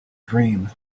dream